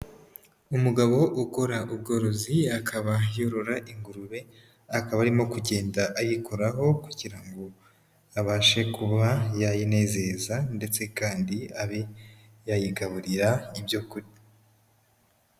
Umugabo ukora ubworozi, akaba yorora ingurube, akaba arimo kugenda ayikoraho kugira ngo abashe kuba yayinezeza ndetse kandi abe yayigaburira ibyo kurya.